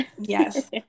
yes